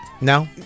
no